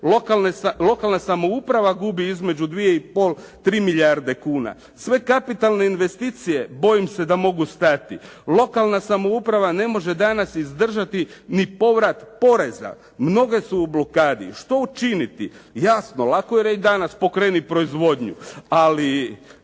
lokalna samouprava gubi između 2,5-3 milijarde kuna. Sve kapitalne investicije bojim se da mogu stati. Lokalna samouprava ne može danas izdržati ni povrat poreza. Mnoge su u blokadi. Što učiniti? Jasno, lako je reći danas pokreni proizvodnju, ali